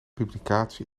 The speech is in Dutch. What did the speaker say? publicatie